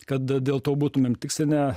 kad dėl to būtumėm tikslinę